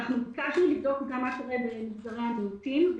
ביקשנו לבדוק גם מה קורה במגזרי המיעוטים.